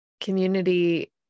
community